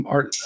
Art